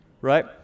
right